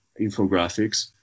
infographics